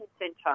Centre